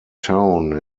town